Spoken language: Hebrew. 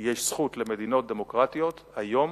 יש זכות למדיניות דמוקרטיות היום